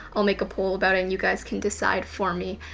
i'll make a poll about it, and you guys can decide for me,